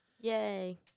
yay